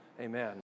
Amen